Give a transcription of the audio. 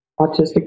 autistic